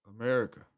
America